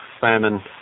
famine